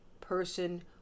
person